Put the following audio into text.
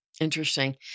Interesting